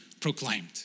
proclaimed